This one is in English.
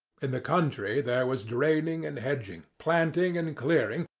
in the country there was draining and hedging, planting and clearing,